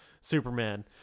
superman